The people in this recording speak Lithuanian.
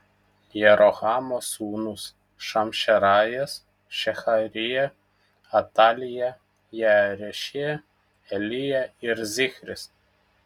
jerohamo sūnūs šamšerajas šeharija atalija jaarešija elija ir zichris